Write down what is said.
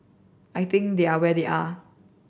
I think they are where they are